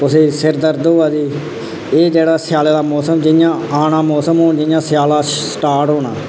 कुसै गी सिर दर्द होआ दी एह् जेह्ड़ा स्याला दा मौसम जि'यां आना मौसम हून जि'यां स्याला स्टार्ट होना